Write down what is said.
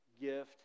gift